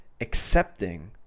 accepting